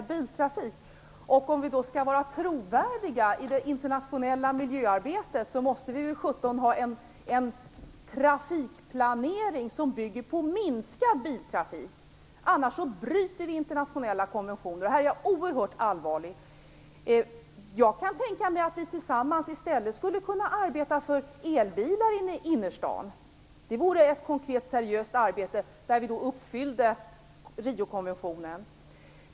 Herr talman! Det Jan Sandberg säger här styrker vår argumentering. Den ekonomiska delen av Dennispaketet bygger på ökad biltrafik. Om vi skall vara trovärdiga i det internationella miljöarbetet måste vi ha en trafikplanering som bygger på minskad biltrafik, annars bryter vi mot internationella konventioner. Jag är oerhört allvarlig på den punkten. Jag kan tänka mig att vi tillsammans i stället skulle kunna arbeta för elbilar i innerstaden. Det vore ett konkret och seriöst arbete där vi uppfyller Riokonventionen.